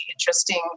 interesting